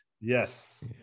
yes